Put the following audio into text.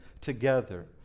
together